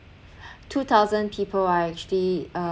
two thousand people are actually uh